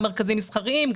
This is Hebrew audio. גם מרכזים מסחריים,